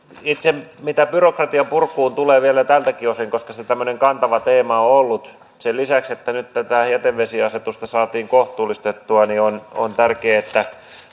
mitä itse byrokratian purkuun tulee vielä tältäkin osin koska se tämmöinen kantava teema on ollut sen lisäksi että nyt tätä jätevesiasetusta saatiin kohtuullistettua on on tärkeää että